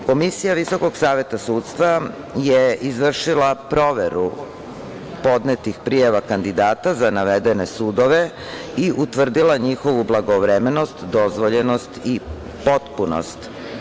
Komisija VSS je izvršila proveru podnetih prijava kandidata za navedene sudove i utvrdila njihovu blagovremenost, dozvoljenost i potpunost.